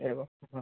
एवम्